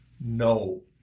No